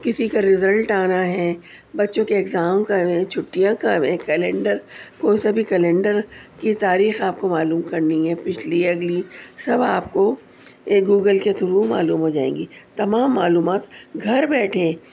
کسی کا رزلٹ آنا ہے بچوں کے اگزام کب ہیں چھٹیاں کب ہیں وہ کلینڈر کوئی سا بھی کلینڈر کی تاریخ آپ کو معلوم کرنی ہیں پچھلی یا اگلی سب آپ کو ایک گوگل کے تھرو معلوم ہوجائیں گی تمام معلومات گھر بیٹھے